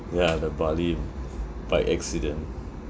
ya the bali bike accident